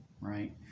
Right